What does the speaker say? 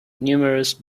numerous